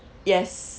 yes